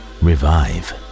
revive